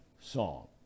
song